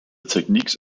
techniques